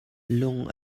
lung